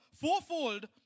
fourfold